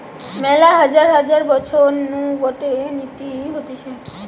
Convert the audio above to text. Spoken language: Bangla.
মেলা হাজার হাজার বছর নু গটে নীতি হতিছে